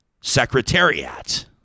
Secretariat